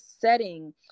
setting